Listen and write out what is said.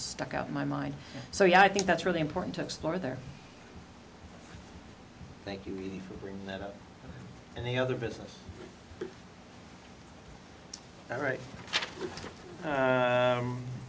stuck out in my mind so yeah i think that's really important to explore there thanking me for bringing that up and the other business right